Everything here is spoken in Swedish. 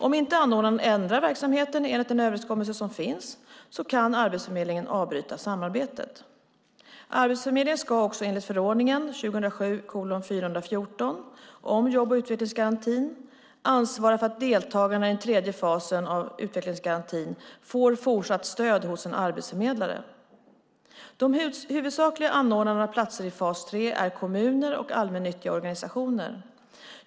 Om inte anordnaren ändrar verksamheten enligt den överenskommelse som finns kan Arbetsförmedlingen avbryta samarbetet. Arbetsförmedlingen ska också, enligt förordningen om jobb och utvecklingsgarantin, ansvara för att deltagarna i den tredje fasen av utvecklingsgarantin får fortsatt stöd hos en arbetsförmedlare. De huvudsakliga anordnarna av platser i fas 3 är kommuner och allmännyttiga organisationer.